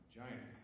giant